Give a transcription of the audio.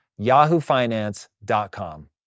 yahoofinance.com